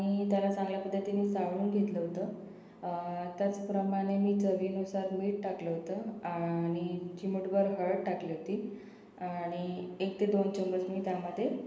आणि त्याला चांगल्या पद्धतीने चाळून घेतलं होतं त्याचप्रमाणे मी चवीनुसार मीठ टाकलं होतं आणि चिमूटभर हळद टाकली होती आणि एक ते दोन चम्मच मी त्यामध्ये